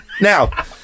Now